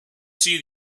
see